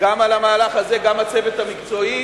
גם על המהלך הזה, גם הצוות המקצועי,